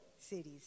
cities